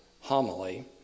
homily